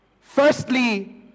firstly